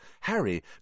Harry